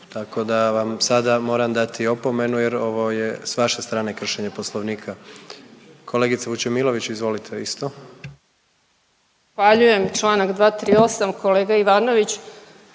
tako da vam sada moram dati opomenu jer ovo je s vaše strane kršenje poslovnika. Kolegice Vučemilović izvolite isto. **Vučemilović, Vesna (Hrvatski